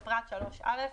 בפרט (3)(א),